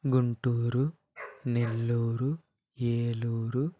Guntur Nellore Eluru